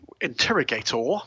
interrogator